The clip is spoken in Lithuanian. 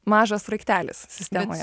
mažas sraigtelis sistemoje